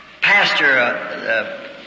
pastor